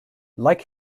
like